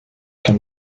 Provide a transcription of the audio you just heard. can